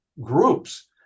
groups